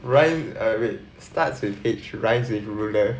rhyme uh wait starts with H rhymes with ruler